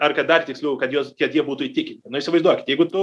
ar kad dar tiksliau kad juos kad jie būtų įtikinti nu įsivaizduokit jeigu tu